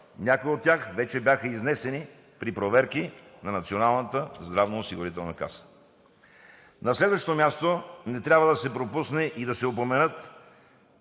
някои от тях вече бяха изнесени при проверки на Националната здравноосигурителна каса. На следващо място, не трябва да се пропусне и да се упоменат